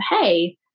hey